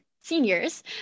seniors